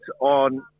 on